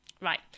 Right